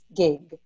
gig